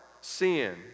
sin